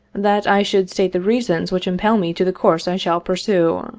that i should state the reasons which impel me to the course i shall pursue.